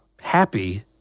happy